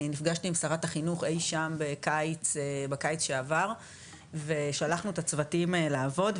אני נפגשתי עם שרת החינוך אי שם בקיץ שעבר ושלחנו את הצוותים לעבוד,